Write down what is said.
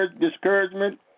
discouragement